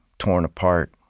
torn apart.